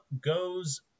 goes